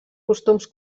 costums